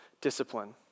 discipline